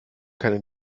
keine